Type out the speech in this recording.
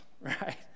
right